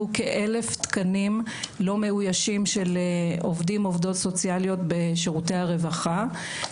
כאלף תקנים לא מאויישים של עובדים ועובדות סוציאליות בשירותי הרווחה.